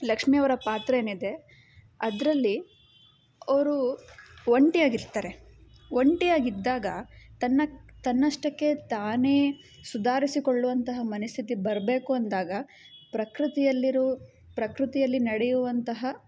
ಲಕ್ಷ್ಮಿ ಅವರ ಪಾತ್ರ ಏನಿದೆ ಅದರಲ್ಲಿ ಅವರು ಒಂಟಿಯಾಗಿರ್ತಾರೆ ಒಂಟಿಯಾಗಿದ್ದಾಗ ತನ್ನ ತನ್ನಷ್ಟಕ್ಕೆ ತಾನೇ ಸುಧಾರಿಸಿಕೊಳ್ಳುವಂತಹ ಮನಸ್ಥಿತಿ ಬರಬೇಕು ಅಂದಾಗ ಪ್ರಕೃತಿಯಲ್ಲಿರು ಪ್ರಕೃತಿಯಲ್ಲಿ ನಡೆಯುವಂತಹ